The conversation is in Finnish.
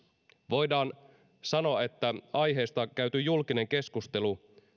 voidaan sanoa että aiheesta käyty julkinen keskustelu